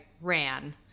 ran